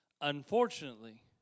Unfortunately